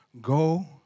go